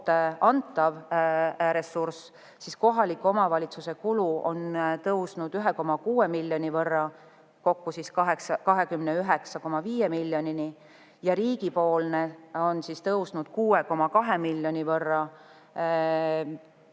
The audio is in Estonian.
antav ressurss, siis kohaliku omavalitsuse kulu on tõusnud 1,6 miljoni võrra, kokku 29,5 miljonini, ja riigipoolne on tõusnud 6,2 miljoni võrra, kokku